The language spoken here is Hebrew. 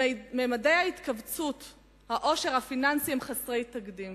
ממדי התכווצות העושר הפיננסי הם חסרי תקדים,